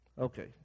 Okay